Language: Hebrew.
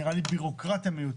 נראה לי שזו בירוקרטיה מיותרת.